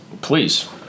Please